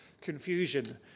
confusion